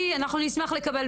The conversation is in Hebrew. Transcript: אתי, אנחנו נשמח לקבל.